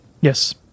Yes